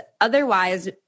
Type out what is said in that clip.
otherwise